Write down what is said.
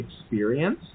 experience